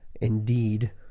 indeed